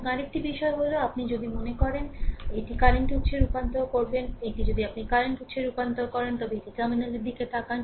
এবং আরেকটি বিষয় হল এটি যদি আপনি মনে করেন এটি কারেন্ট উত্সে রূপান্তর করুন এটি যদি আপনি কারেন্ট উত্সে রূপান্তর করেন তবে এটি টার্মিনালের দিকে তাকান